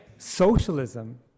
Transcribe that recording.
Socialism